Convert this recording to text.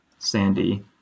Sandy